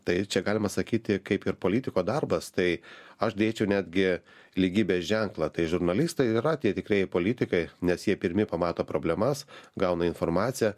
tai čia galima sakyti kaip ir politiko darbas tai aš dėčiau netgi lygybės ženklą tai žurnalistai yra tie tikrieji politikai nes jie pirmi pamato problemas gauna informaciją